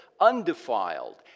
undefiled